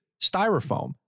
styrofoam